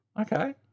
Okay